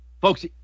folks